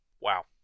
Wow